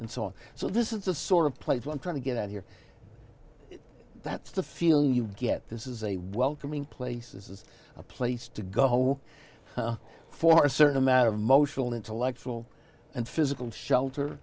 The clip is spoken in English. and saw so this is the sort of place when trying to get out here that's the feeling you get this is a welcoming place this is a place to go for a certain amount of motional intellectual and physical shelter